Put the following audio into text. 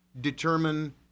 determine